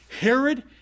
Herod